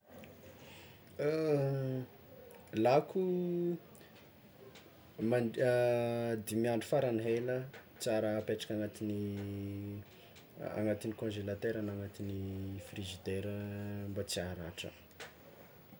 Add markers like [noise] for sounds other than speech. [hesitation] Lako, mandr- [hesitation] dimy andro faran'ny hela tsara apetraka agnatin'ny agnatin'ny kônzelatera na frizidera mba tsy haratra.